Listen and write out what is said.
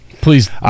Please